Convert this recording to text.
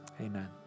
Amen